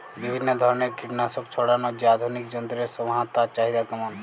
বিভিন্ন ধরনের কীটনাশক ছড়ানোর যে আধুনিক যন্ত্রের সমাহার তার চাহিদা কেমন?